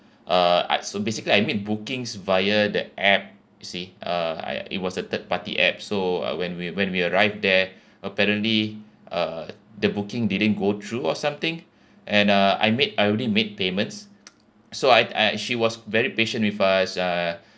uh I so basically I made bookings via the app you see uh I it was a third party app so uh when we when we arrive there apparently uh the booking didn't go through or something and uh I made I already made payments so I I she was very patient with us uh